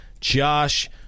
Josh